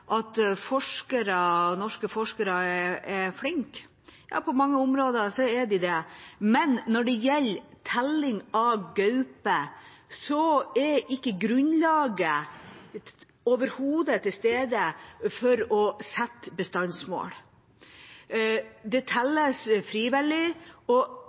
norske forskere er flinke. Ja, på mange områder er de det, men når det gjelder telling av gaupe, er grunnlaget for å sette bestandsmål overhodet ikke til stede.